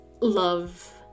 love